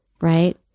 right